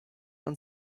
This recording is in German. und